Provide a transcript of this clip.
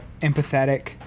empathetic